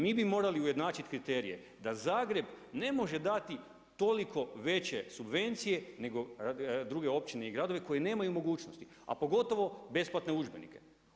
Mi bi morali ujednačit kriterije da Zagreb ne može dati toliko veće subvencije nego druge općine i gradovi koji nemaju mogućnosti, a pogotovo besplatne udžbenike.